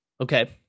Okay